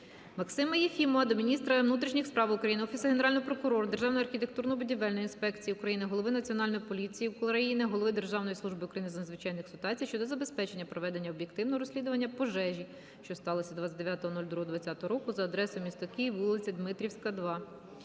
Максима Єфімова до міністра внутрішніх справ України, Офісу Генерального прокурора, Державної архітектурно-будівельної інспекції України, голови Національної поліції України, голови Державної служби України з надзвичайних ситуацій щодо забезпечення проведення об'єктивного розслідування пожежі, що сталась 29.02.2020 року за адресою: м. Київ, вул. Дмитрівська, 2.